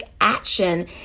action